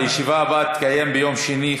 הישיבה הבאה תתקיים ביום שני,